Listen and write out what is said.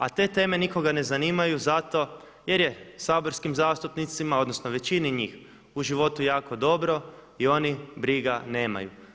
A te teme nikoga ne zanimaju zato jer je saborskim zastupnicima odnosno većini njih u životu jako dobro i oni briga nemaju.